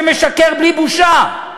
שמשקר בלי בושה,